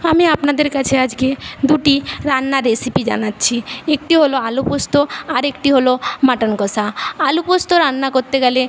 আমি আপনাদের কাছে আজকে দুটি রান্নার রেসিপি জানাচ্ছি একটি হল আলুপোস্ত আর একটি হল মাটন কষা আলুপোস্ত রান্না করতে গেলে